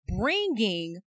bringing